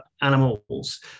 animals